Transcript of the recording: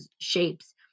shapes